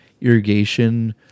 irrigation